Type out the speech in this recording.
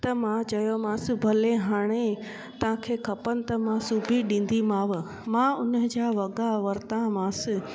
त मां चयोमांसि भले हाणे तव्हांखे खपनि त मां सुबी ॾींदीमांव मां उन जा वॻा वरितामांसि